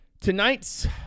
tonight's